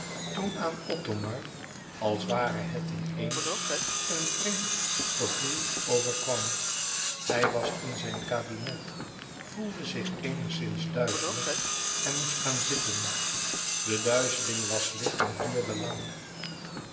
toen aan othomar als ware het in eens een vreemd gevoel overkwam hij was in zijn kabinet voelde zich eenigszins duizelig en moest gaan zitten de duizeling was licht maar duurde lang